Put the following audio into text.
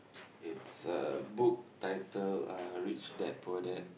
it's a book titled uh Rich Dad Poor Dad